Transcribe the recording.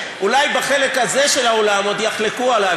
אולי בחלק הזה של האולם עוד יחלקו עלי,